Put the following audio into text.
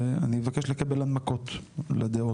ואני אבקש לקבל הנמקות לדעות.